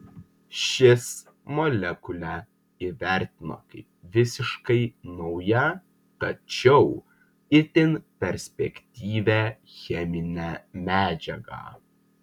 šis molekulę įvertino kaip visiškai naują tačiau itin perspektyvią cheminę medžiagą